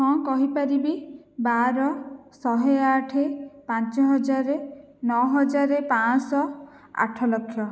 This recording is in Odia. ହଁ କହିପାରିବି ବାର ଶହ ଆଠ ପାଞ୍ଚ ହଜାର ନଅ ହଜାର ପାଞ୍ଚ ଶହ ଆଠ ଲକ୍ଷ